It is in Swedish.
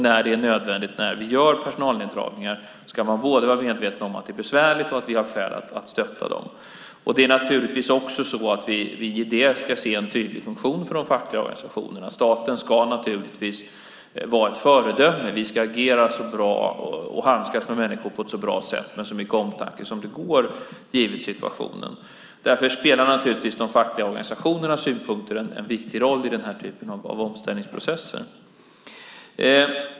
När det är nödvändigt att göra personalneddragningar ska man vara medveten om att det både är besvärligt och att vi har skäl att stötta dem. I detta ska vi naturligtvis se en tydlig funktion för de fackliga organisationerna. Staten ska vara ett föredöme. Vi ska agera så bra och handskas med människor på ett så bra sätt med så mycket omtanke som det går givet situationen. Därför spelar självklart de fackliga organisationernas synpunkter en viktig roll i den här typen av omställningsprocesser.